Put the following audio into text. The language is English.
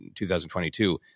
2022